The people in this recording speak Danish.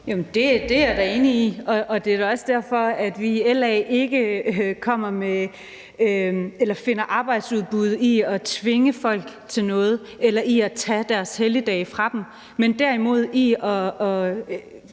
det er også derfor, at vi i LA ikke finder arbejdsudbud i at tvinge folk til noget eller i at tage deres helligdage fra dem,